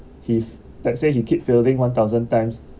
he let's say he keep failing one thousand times